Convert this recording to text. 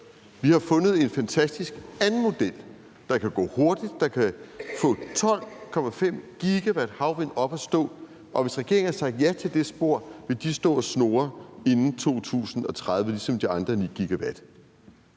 vi har fundet en fantastisk anden model, der kan gå hurtigt, og som kan få 12,5 GW havvind op at stå. Hvis regeringen siger ja til det spor, vil de stå og snurre inden 2030 ligesom de andre 9 GW